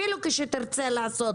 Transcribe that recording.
אפילו כשתרצה לעשות